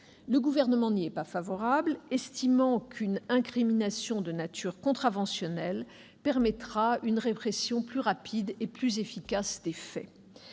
Le Gouvernement n'y est pas favorable, estimant qu'une incrimination contraventionnelle permettra une répression plus rapide et plus efficace des faits.